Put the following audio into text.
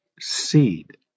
seed